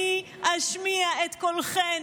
אני אשמיע את קולכן.